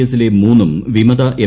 എസിലെ മൂന്നും വിമത എം